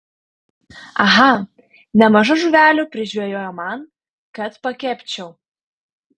aha nemaža žuvelių prižvejojo man kad pakepčiau